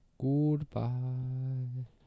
Goodbye